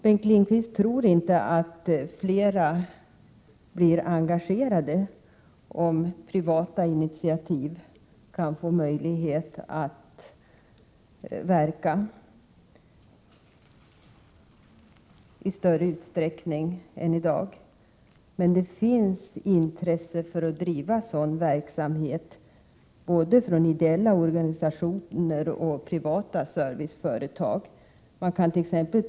Bengt Lindqvist tror inte att fler blir engagerade, om privata initiativ kan få möjlighet att verka i större utsträckning än i dag. Det finns emellertid intresse för att erbjuda hemtjänst både från ideella organisationer och privata serviceföretag. Man kant.ex.